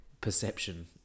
...perception